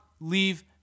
leave